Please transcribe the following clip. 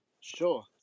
sure